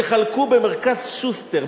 תחלקו במרכז-שוסטר,